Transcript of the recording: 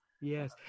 Yes